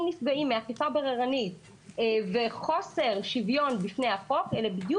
נפגעים מאכיפה בררנית וחוסר שוויון בפני החוק אלה בדיוק